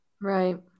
Right